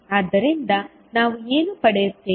ಆದ್ದರಿಂದ ನಾವು ಏನು ಮಾಡುತ್ತೇವೆ